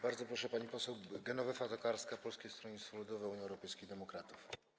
Bardzo proszę, pani poseł Genowefa Tokarska, Polskie Stronnictwo Ludowe - Unia Europejskich Demokratów.